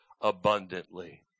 abundantly